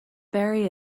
bury